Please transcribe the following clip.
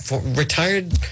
retired